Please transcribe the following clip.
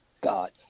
God